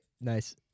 Nice